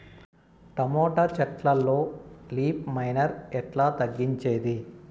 Tomato చెట్లల్లో leaf miner ఎట్లా తగ్గించేది?